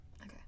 Okay